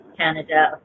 Canada